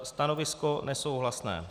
Stanovisko nesouhlasné.